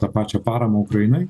tą pačią paramą ukrainai